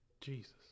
Jesus